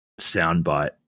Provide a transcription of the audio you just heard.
soundbite